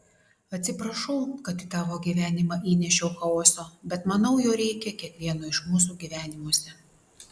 atsiprašau kad į tavo gyvenimą įnešiau chaoso bet manau jo reikia kiekvieno iš mūsų gyvenimuose